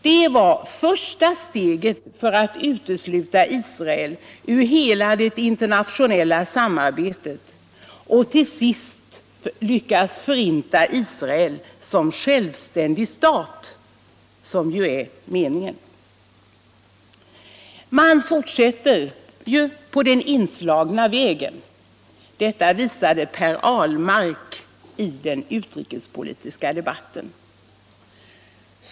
Det var första steget för att utesluta Israel ur hela det internationella samarbetet och till sist lyckas förinta Israel som självständig stat, vilket ju är meningen. Man fortsätter på den inslagna vägen = det visade Per Ahlmark i den utrikespolitiska debatten.